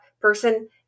person